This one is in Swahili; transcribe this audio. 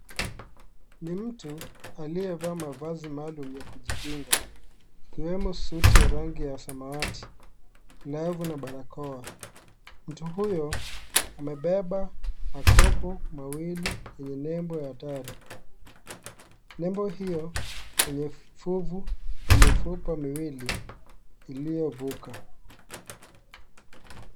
Ni mtu aliyevaa mavazi maalum ya kujikinga ikiwemo suti ya rangi ya samawati, glovu na barakoa. Mtu huyo amebeba makopo mawili yenye nembo ya hatari. Nembo hiyo yenye fuvu na mifupa miwili iliyovuka.